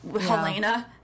Helena